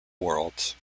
worlds